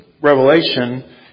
Revelation